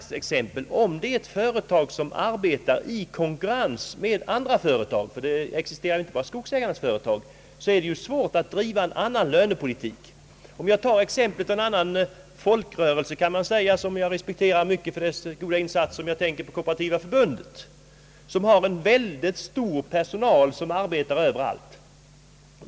Om det är fråga om ett företag, som arbetar i konkurrens med andra företag, ty det existerar ju inte bara skogsägareföreningarnas företag, så är det svårt att driva en annan lönepolitik än konkurrenterna. Jag kan ta ett exempel från en annan folkrörelse, kan man kalla den, som jag respekterar mycket för dess stora insatser. Jag tänker på Kooperativa förbundet, som har en mycket stor personal som arbetar överallt.